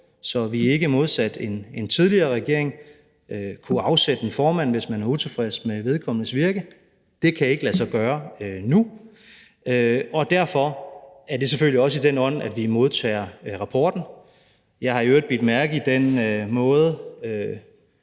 så vi ikke modsat en tidligere regering kunne afsætte en formand, hvis man var utilfreds med vedkommendes virke. Det kan ikke lade sig gøre nu, og derfor er det selvfølgelig også i den ånd, vi modtager rapporten. Jeg har i øvrigt bidt mærke i den måde,